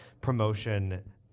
promotion